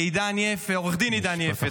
לעו"ד עידן יפת,